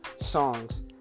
songs